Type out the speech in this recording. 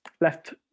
Left